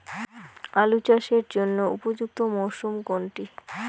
আলু চাষের জন্য উপযুক্ত মরশুম কোনটি?